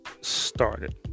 started